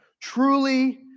Truly